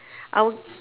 I will